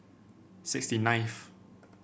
sixty ninth